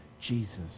Jesus